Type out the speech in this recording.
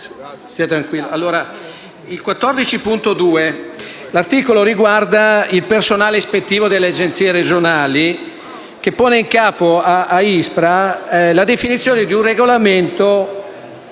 l'articolo 14 riguarda il personale ispettivo delle Agenzie regionali che pone in capo all'ISPRA la definizione di un regolamento